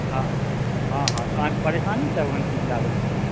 हँ हँ हँ तऽ अहाँके परेशानी तहन की छै आबैमे